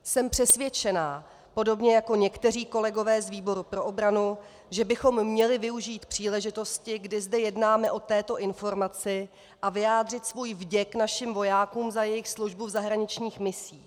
Jsem přesvědčena podobně jako někteří kolegové z výboru pro obranu, že bychom měli využít příležitosti, kdy zde jednáme o této informaci, a vyjádřit svůj vděk našim vojákům za jejich službu v zahraničních misích.